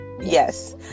yes